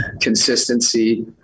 consistency